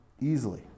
easily